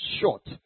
short